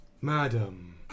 Madam